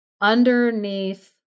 underneath